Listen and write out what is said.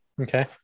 okay